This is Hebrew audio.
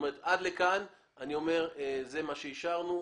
עד לכאן זה מה שהשארנו.